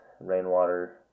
rainwater